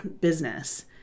business